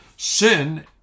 Sin